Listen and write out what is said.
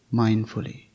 mindfully